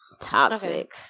Toxic